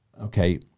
okay